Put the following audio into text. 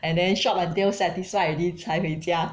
and then shop until satisfied already 才回家